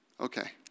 Okay